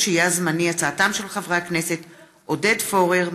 של חברי הכנסת עודד פורר,